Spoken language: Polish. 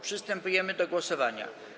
Przystępujemy do głosowania.